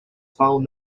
found